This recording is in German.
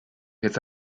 jetzt